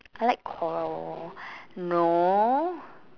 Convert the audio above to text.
I like coral no